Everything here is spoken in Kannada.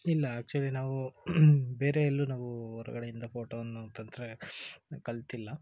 ಇಲ್ಲ ಆಕ್ಚ್ವಲಿ ನಾವು ಬೇರೆ ಎಲ್ಲೂ ನಾವು ಹೊರಗಡೆಯಿಂದ ಫೋಟೋನ್ನು ತಂತ್ರ ಕಲಿತಿಲ್ಲ